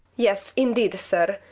yes indeed, sir,